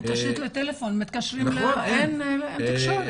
אין תשתית לטלפון, אין תקשורת.